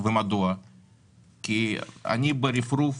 ברפרוף